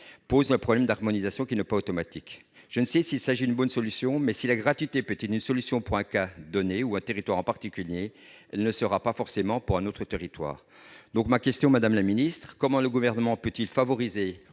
pose le problème de l'harmonisation, qui n'est pas automatique. Je ne sais s'il s'agit d'une bonne solution ; mais, si la gratuité peut être une solution pour un cas donné ou un territoire en particulier, elle ne le sera pas forcément pour un autre. Madame la secrétaire d'État, comment le Gouvernement peut-il favoriser,